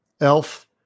elf